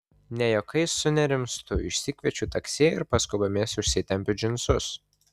ne juokais sunerimstu išsikviečiu taksi ir paskubomis užsitempiu džinsus